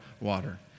water